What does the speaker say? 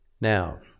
Now